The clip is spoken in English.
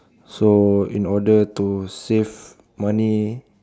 so in order to save money